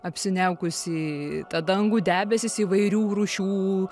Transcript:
apsiniaukusį tą dangų debesys įvairių rūšių